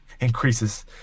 increases